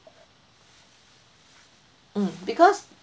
mm because